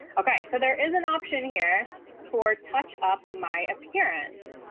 okay, so there is an option here for touch up my appearance.